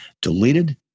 deleted